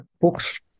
books